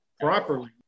properly